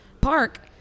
park